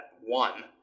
one